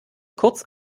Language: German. kurz